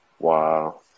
Wow